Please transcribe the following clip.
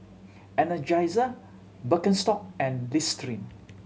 Energizer Birkenstock and Listerine